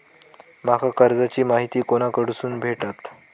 माका कर्जाची माहिती कोणाकडसून भेटात?